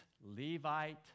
Levite